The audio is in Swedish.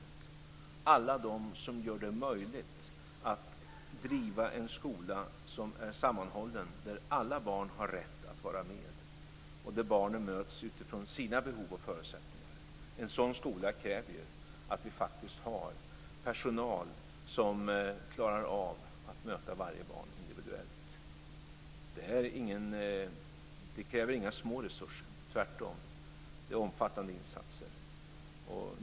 Det är fråga om alla dem som gör det möjligt att driva en skola som är sammanhållen, där alla barn har rätt att vara med och där barnen möts utifrån sina behov och förutsättningar. En sådan skola kräver att vi faktiskt har personal som klarar av att möta varje barn individuellt. Det kräver inga små resurser. Tvärtom är det fråga om omfattande insatser.